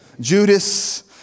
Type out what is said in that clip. Judas